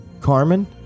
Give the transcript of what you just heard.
Carmen